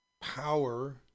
power